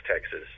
texas